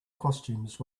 costumes